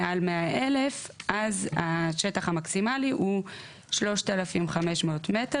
מעל 100,000 אז השטח המקסימלי הוא 3,500 מטרים